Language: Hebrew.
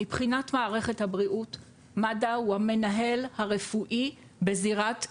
מבחינת מערכת הבריאות מד"א הוא המנהל הרפואי בזירת אירוע.